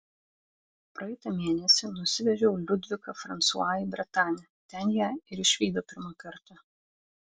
praeitą mėnesį nusivežiau liudviką fransua į bretanę ten ją ir išvydo pirmą kartą